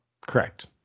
Correct